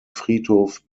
friedhof